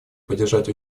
поддержать